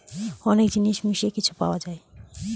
অনেক জিনিস মিশিয়ে কিছু পাওয়া যায়